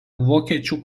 vokiečių